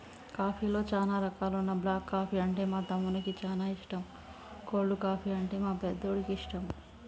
కాఫీలో చానా రకాలున్న బ్లాక్ కాఫీ అంటే మా తమ్మునికి చానా ఇష్టం, కోల్డ్ కాఫీ, అంటే మా పెద్దోడికి ఇష్టం